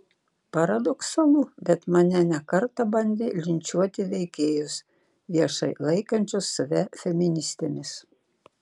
paradoksalu bet mane ne kartą bandė linčiuoti veikėjos viešai laikančios save feministėmis